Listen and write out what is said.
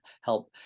help